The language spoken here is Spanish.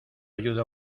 ayuda